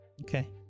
Okay